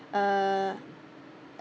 uh